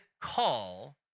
call